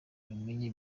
abimenye